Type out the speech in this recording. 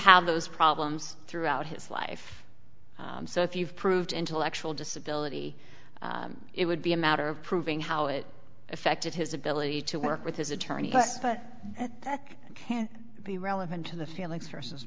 have those problems throughout his life so if you've proved intellectual disability it would be a matter of proving how it affected his ability to work with his attorney first but at that can't be relevant to the feelings v